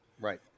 Right